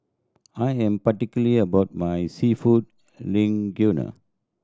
I am particular about my Seafood Linguine